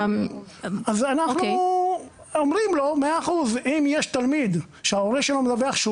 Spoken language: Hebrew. אז אנחנו אומרים לו שאם יש תלמיד שההורה שלו מדווח שהוא